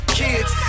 kids